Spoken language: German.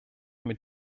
mit